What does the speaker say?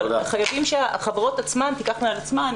אבל חייבים שהחברות עצמן תיקחנה על עצמן,